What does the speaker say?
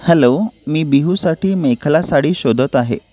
hello मी बिहूसाठी मेखला साडी शोधत आहे